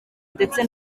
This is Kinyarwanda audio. ndetse